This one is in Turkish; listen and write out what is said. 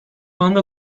ânda